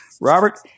Robert